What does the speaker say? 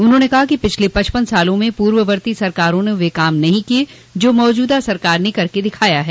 उन्होंने कहा कि पिछले पचपन सालों में पूर्ववर्ती सरकारों ने वह काम नहीं किये जो मौजूदा सरकार ने करके दिखाया है